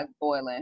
boiling